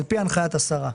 על פי הנחיית השרה.